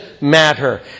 matter